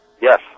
Yes